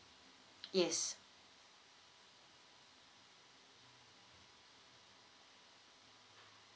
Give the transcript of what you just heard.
yes